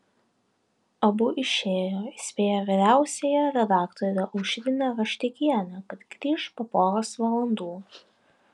abu išėjo įspėję vyriausiąją redaktorę aušrinę raštikienę kad grįš po poros valandų